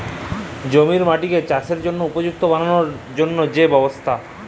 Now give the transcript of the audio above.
জমির মাটিকে চাসের জনহে উপযুক্ত বানালর জন্হে যে ব্যবস্থা